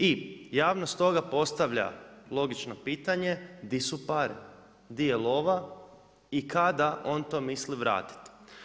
I javnost stoga postavlja logično pitanje gdje su pare, gdje je lova i kada on to misli vratiti.